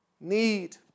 need